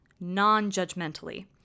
non-judgmentally